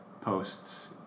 posts